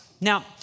Now